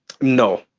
No